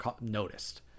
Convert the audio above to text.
noticed